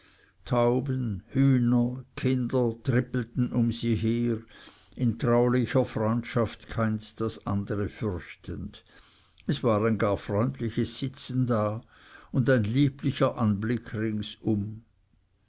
hühner kinder trippelten um sie her in traulicher freundschaft keins das andere fürchtend es war ein gar freundlich sitzen da und ein lieblicher anblick ringsum